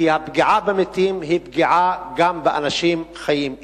כי הפגיעה במתים היא פגיעה גם באנשים חיים.